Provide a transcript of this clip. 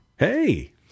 hey